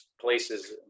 places